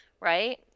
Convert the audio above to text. Right